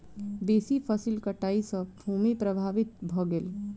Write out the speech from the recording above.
बेसी फसील कटाई सॅ भूमि प्रभावित भ गेल